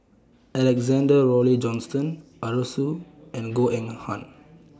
Alexander Laurie Johnston Arasu and Goh Eng Han